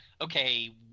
okay